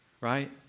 right